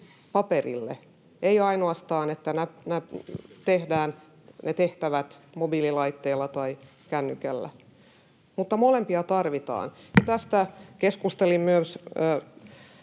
paperille, ei ainoastaan, että tehdään ne tehtävät mobiililaitteella tai kännykällä. Molempia tarvitaan. [Puhemies